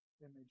image